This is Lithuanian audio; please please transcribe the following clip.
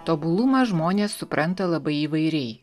tobulumą žmonės supranta labai įvairiai